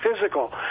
physical